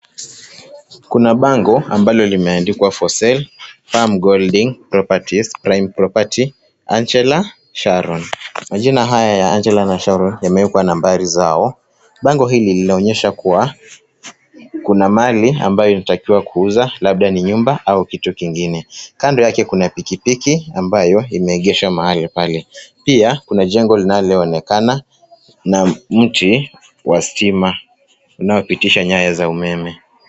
Kuna bango ambalo limeandikwa for sale, farm gold in properties, prime property Angela, Sharon. Majina haya ya Angela na Sharon yamewekwa nambari zao. Bango hili linaonyesha kuwa, kuna mali ambayo inatakiwa kuuza labda ni nyumba au kitu kingine. Kando yake kuna pikipiki ambayo imeegeshwa pahali. Pia, kuna jengo linaloonekana na mti wa stima unaopitisha nyayo za umeme.